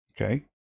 okay